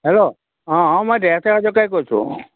hello অঁ অঁ মই দেহেশ্ৱৰ হাজৰিকাই কৈছোঁ